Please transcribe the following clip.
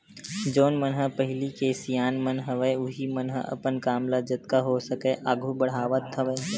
जउन मन ह पहिली के सियान मन हवय उहीं मन ह अपन काम ल जतका हो सकय आघू बड़हावत हवय